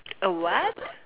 a what